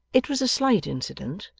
it was a slight incident,